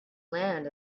land